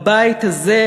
בבית הזה,